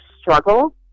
struggle